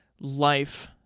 life